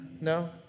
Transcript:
No